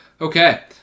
Okay